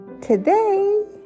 Today